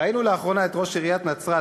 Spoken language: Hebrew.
ראינו לאחרונה את ראש עיריית נצרת,